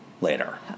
later